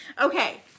Okay